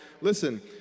Listen